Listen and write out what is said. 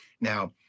Now